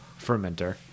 fermenter